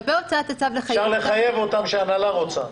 אפשר לחייב אותם כשהנהלה רוצה.